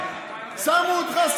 שמו אותך,